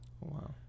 Wow